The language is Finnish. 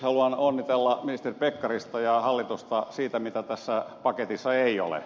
haluan onnitella ministeri pekkarista ja hallitusta siitä mitä tässä paketissa ei ole